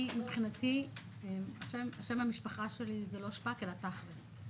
מבחינתי שם המשפחה שלי זה לא שפק אלא תכלס.